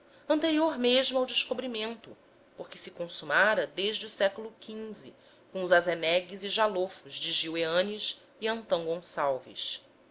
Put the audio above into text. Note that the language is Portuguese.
anterior mesmo ao descobrimento porque se consumara desde o século xv com os azenegues e jalofos de gil eanes e antão gonçalves